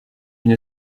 une